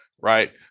right